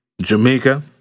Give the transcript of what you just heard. Jamaica